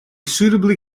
suitably